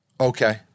Okay